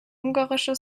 ungarische